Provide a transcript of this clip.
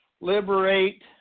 liberate